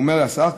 אומר השר,